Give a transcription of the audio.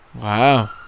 Wow